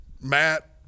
Matt